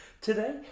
Today